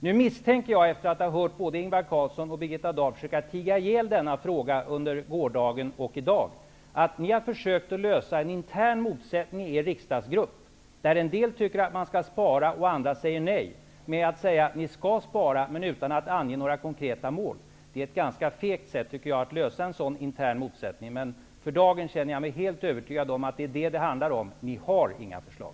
Nu misstänkte jag efter att ha hört både Ingvar Carlsson och Birgitta Dahl tiga ihjäl denna fråga under gårdagen och i dag att ni har försökt lösa en intern motsättning i er riksdagsgrupp, där en del tycker att man skall spara och andra säger nej, ge nom att säga att ni skall spara utan att ange några konkreta mål. Det tycker jag är ett ganska fegt sätt att lösa en sådan intern motsättning. För da gen känner jag mig helt övertygad om att det är detta det handlar om: Ni har inga förslag!